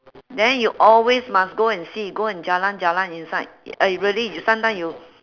then you always must go and see go and jalan-jalan inside eh really you sometime you